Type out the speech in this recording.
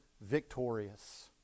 victorious